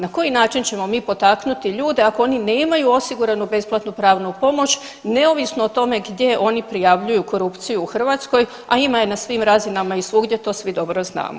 Na koji način ćemo mi potaknuti ljude ako oni nemaju osigurani besplatnu pravnu pomoć, neovisno o tome gdje oni prijavljuju korupciju u Hrvatskoj, a ima je na svim razinama i svugdje to svi dobro znamo?